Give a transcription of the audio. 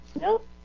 Nope